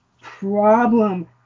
problem